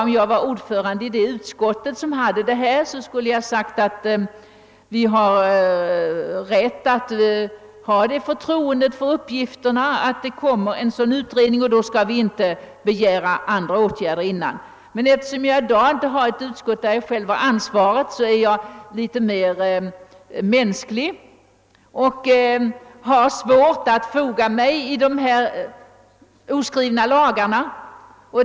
Om jag vore ordförande i det utskott, som hade behandlat ärendet, skulle jag naturligtvis i likhet med herr Zachrisson ha kunnat säga att vi bör kunna lita på uppgiften att vi kommer att få oss förelagt ett sådant resultat och att vi därför inte dessförinnan bör begära andra åtgärder. Eftersom jag emellertid inte är ordförande i det utskott, som har ansvaret för denna fråga, reagerar jag något mera mänskligt och har svårt att foga mig häri.